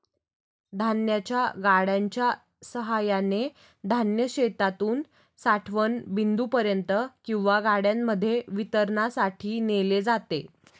धान्याच्या गाड्यांच्या सहाय्याने धान्य शेतातून साठवण बिंदूपर्यंत किंवा गाड्यांमध्ये वितरणासाठी नेले जाते